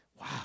Wow